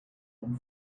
one